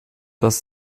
das